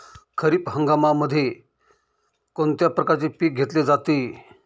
खरीप हंगामामध्ये कोणत्या प्रकारचे पीक घेतले जाते?